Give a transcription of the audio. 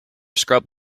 scrub